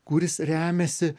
kuris remiasi